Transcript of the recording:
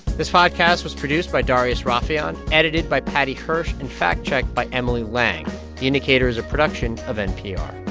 this podcast was produced by darius rafieyan, edited by paddy hirsch and fact-checked by emily lang. the indicator is a production of npr